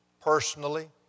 personally